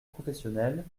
professionnel